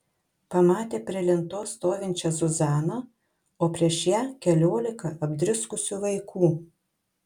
pamatė prie lentos stovinčią zuzaną o prieš ją keliolika apdriskusių vaikų